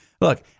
Look